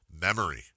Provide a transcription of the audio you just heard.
memory